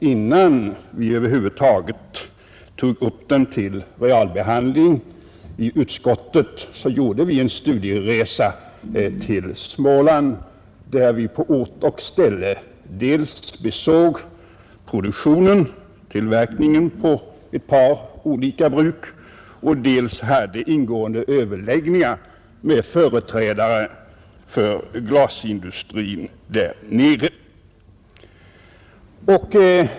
Innan vi över huvud taget tog upp den till realbehandling i utskottet gjorde vi en studieresa till Småland, där vi på ort och ställe dels besåg tillverkningen på ett par olika bruk, dels hadeingående överläggningar med företrädare för glasindustrin där nere.